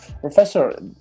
professor